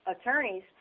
Attorneys